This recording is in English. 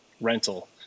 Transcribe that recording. rental